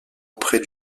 auprès